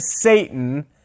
Satan